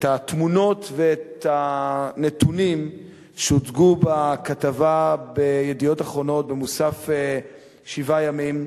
את התמונות ואת הנתונים שהוצגו ב"ידיעות אחרונות" במוסף "7 ימים",